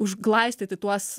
užglaistyti tuos